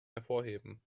hervorheben